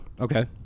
Okay